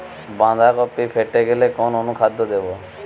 বাঁধাকপি ফেটে গেলে কোন অনুখাদ্য দেবো?